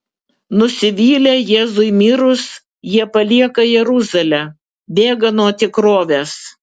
nusivylę jėzui mirus jie palieka jeruzalę bėga nuo tikrovės